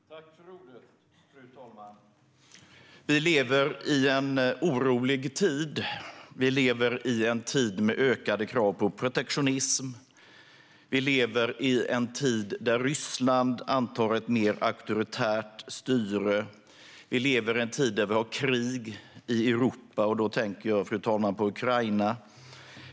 Fru talman! Vi lever i en orolig tid. Vi lever i en tid med ökade krav på protektionism. Vi lever i en tid där Ryssland antar ett mer auktoritärt styre. Vi lever i en tid där vi har krig i Europa, och då tänker jag på Ukraina.